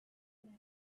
can